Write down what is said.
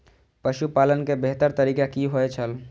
पशुपालन के बेहतर तरीका की होय छल?